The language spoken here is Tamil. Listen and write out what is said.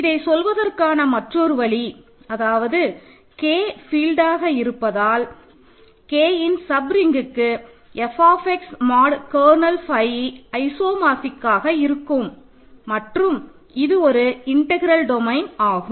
இதை சொல்வதற்கான மற்றொரு வழி அதாவது K ஃபீல்ட்டாக இருப்பதால் Kஎன் சப் ரிங்க்கு F x mod kernel phi ஐசோமார்பிகிக்காக இருக்கும் மற்றும் இது ஒரு இன்டெக்ரல் டொமைன் ஆகும்